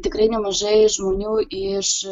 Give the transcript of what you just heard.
tikrai nemažai žmonių iš